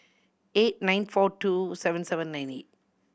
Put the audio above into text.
eight nine four two seven seven nine eight